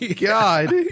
god